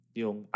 yung